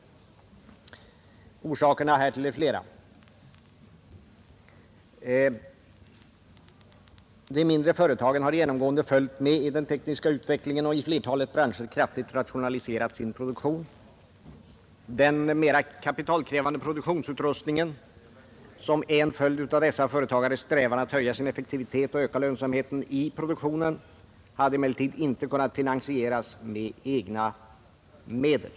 Orsakerna härtill är flera. De mindre företagen har genomgående följt med i den tekniska utvecklingen och i flertalet branscher kraftigt rationaliserat sin produktion. Den mera kapitalkrävande produktionsutrustning som är en följd av dessa företagares strävan att höja effektiviteten och öka lönsamheten i produktionen har emellertid inte kunnat finansieras med egna medel.